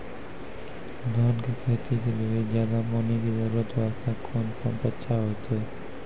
धान के खेती के लेली ज्यादा पानी के जरूरत वास्ते कोंन पम्प अच्छा होइते?